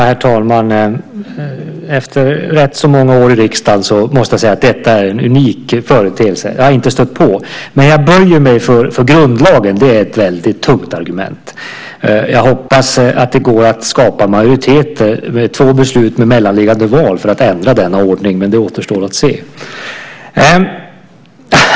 Herr talman! Efter rätt många år i riksdagen måste jag säga att detta är en unik företeelse som jag inte har stött på. Men jag böjer mig för grundlagen. Den är ett väldigt tungt argument. Jag hoppas att det går att skapa majoritet i två beslut med mellanliggande val för att ändra denna ordning, men det återstår att se.